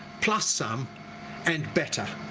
plus some and better.